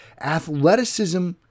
Athleticism